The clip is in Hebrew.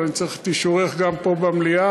אבל אני צריך את אישורך גם פה במליאה.